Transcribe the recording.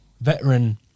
veteran